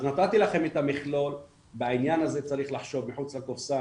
אז נתתי לכם את המכלול בעניין הזה צריך לחשוב מחוץ לקופסא.